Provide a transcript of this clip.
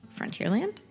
Frontierland